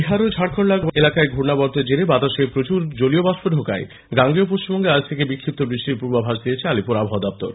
বিহার ও ঝাড়খন্ড এলাকায় ঘূর্ণাবর্তের জেরে বাতাসে প্রচুর জলীয়বাষ্প ঢোকায় গাঙ্গেয় পশ্চিমবঙ্গে আজ থেকে বিক্ষিপ্ত বৃষ্টির পূর্বাভাস দিয়েছে আলিপুর আবহাওয়া দপ্তর